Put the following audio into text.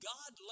God